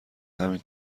همین